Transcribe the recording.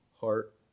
heart